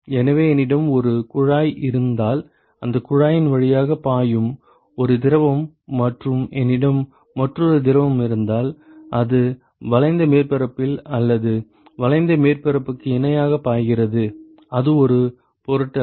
எனவே என்னிடம் ஒரு குழாய் இருந்தால் இந்த குழாயின் வழியாக பாயும் ஒரு திரவம் மற்றும் என்னிடம் மற்றொரு திரவம் இருந்தால் அது வளைந்த மேற்பரப்பில் அல்லது வளைந்த மேற்பரப்புக்கு இணையாக பாய்கிறது அது ஒரு பொருட்டல்ல